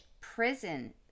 Prison